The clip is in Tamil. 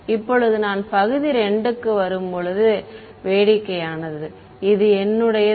இப்போது நான் பகுதி 2 க்கு வரும்போது வேடிக்கையானது இது என்னுடையது